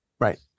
Right